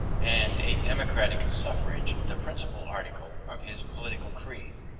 and a democratic suffrage the principal article of his political creed,